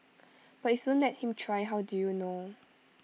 but if you don't let him try how do you know